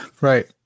Right